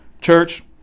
Church